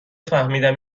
فهمیدم